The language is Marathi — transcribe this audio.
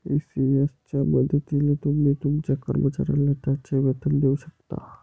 ई.सी.एस च्या मदतीने तुम्ही तुमच्या कर्मचाऱ्यांना त्यांचे वेतन देऊ शकता